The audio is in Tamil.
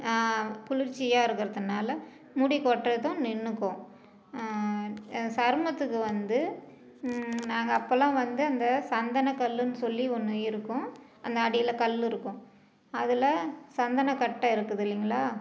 குளிர்ச்சியாக இருக்கிறதுனால முடி கொட்டுறதும் நின்றுக்கும் சருமத்துக்கு வந்து நாங்கள் அப்பெல்லாம் வந்து அந்த சந்தனக்கல்லுன்னு சொல்லி ஒன்று இருக்கும் அந்த அடியில் கல் இருக்கும் அதில் சந்தனக்கட்டை இருக்குது இல்லைங்களா